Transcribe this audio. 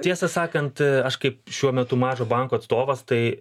tiesą sakant aš kaip šiuo metu mažo banko atstovas tai